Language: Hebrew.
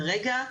כרגע,